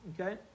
okay